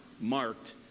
marked